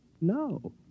No